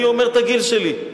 אני אומר את הגיל שלי.